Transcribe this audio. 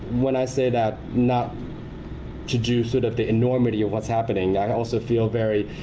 when i say that not to do sort of the enormity of what's happening, i also feel very